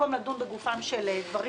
במקום לדון בגופם של דברים.